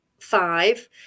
five